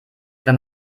wenn